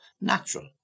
natural